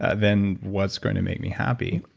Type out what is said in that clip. then what's going to make me happy?